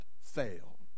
fail